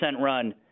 run